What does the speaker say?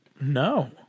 No